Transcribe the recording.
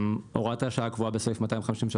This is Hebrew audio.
הוראת השעה הקבועה בסעיף 253(ב)